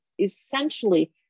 Essentially